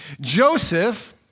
Joseph